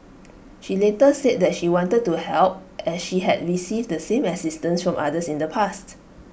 she later said that she wanted to help as she had received the same assistance from others in the past